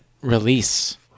release